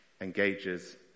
engages